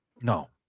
No